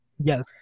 Yes